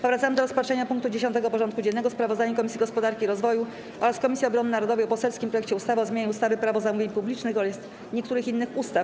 Powracamy do rozpatrzenia punktu 10. porządku dziennego: Sprawozdanie Komisji Gospodarki i Rozwoju oraz Komisji Obrony Narodowej o poselskim projekcie ustawy o zmianie ustawy - Prawo zamówień publicznych oraz niektórych innych ustaw.